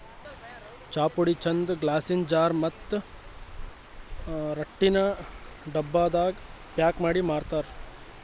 ಚಾಪುಡಿ ಚಂದ್ ಗ್ಲಾಸಿನ್ ಜಾರ್ ಮತ್ತ್ ರಟ್ಟಿನ್ ಡಬ್ಬಾದಾಗ್ ಪ್ಯಾಕ್ ಮಾಡಿ ಮಾರ್ತರ್